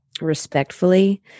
respectfully